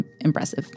impressive